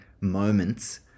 moments